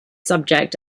subject